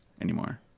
anymore